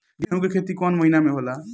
गेहूं के खेती कौन महीना में होला?